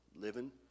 Living